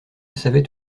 savait